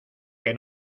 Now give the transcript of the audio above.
que